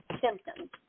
symptoms